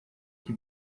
que